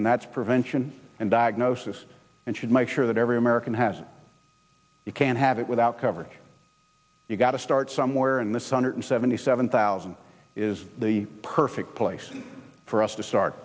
and that's prevention and diagnosis and should make sure that every can has you can't have it without coverage you've gotta start somewhere and this hundred seventy seven thousand is the perfect place for us to start